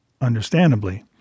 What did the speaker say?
understandably